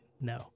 no